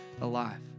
alive